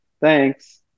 Thanks